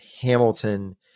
Hamilton